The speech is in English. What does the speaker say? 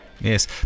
Yes